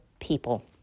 people